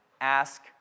ask